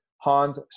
Hans